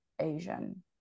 Asian